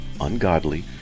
ungodly